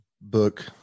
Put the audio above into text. book